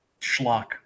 schlock